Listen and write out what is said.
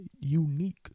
unique